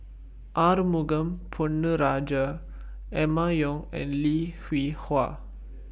Arumugam Ponnu Rajah Emma Yong and Lim Hwee Hua